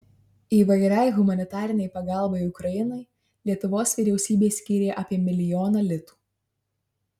įvairiai humanitarinei pagalbai ukrainai lietuvos vyriausybė skyrė apie milijoną litų